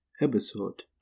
episode